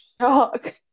shock